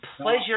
pleasure